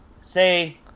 say